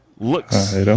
looks